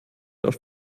auf